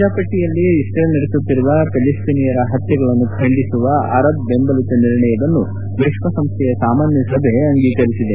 ಗಾಜಾಪಟ್ಟಯಲ್ಲಿ Israel ನಡೆಸುತ್ತಿರುವ ಪ್ಯಾಲಿಸ್ತೀನಿಯರ ಹತ್ತೆಗಳನ್ನು ಖಂಡಿಸುವ ಅರಬ್ ಬೆಂಬಲಿತ ನಿರ್ಣಯವನ್ನು ವಿಶ್ವಸಂಸ್ಥೆಯ ಸಾಮಾನ್ಯ ಸಭೆ ಅಂಗೀಕರಿಸಿದೆ